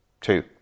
two